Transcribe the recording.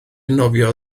nofio